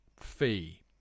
fee